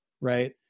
Right